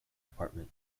department